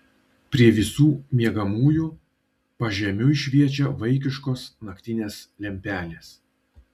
prie visų miegamųjų pažemiui šviečia vaikiškos naktinės lempelės